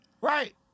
Right